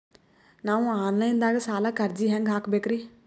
ನಾವು online ದಾಗ ಸಾಲಕ್ಕ ಅರ್ಜಿ ಹೆಂಗ ಹಾಕಬೇಕ್ರಿ?